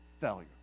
failure